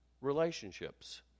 relationships